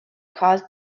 caused